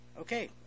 Okay